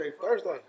Thursday